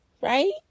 Right